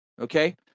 okay